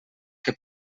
que